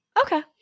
Okay